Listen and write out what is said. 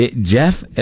Jeff